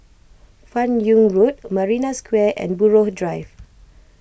Fan Yoong Road Marina Square and Buroh Drive